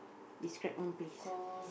describe one place